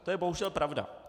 To je bohužel pravda.